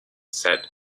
said